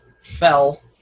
fell